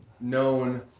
known